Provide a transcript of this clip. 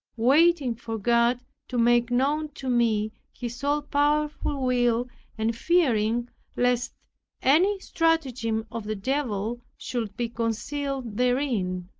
waiting for god to make known to me his all powerful will and fearing lest any stratagem of the devil should be concealed therein,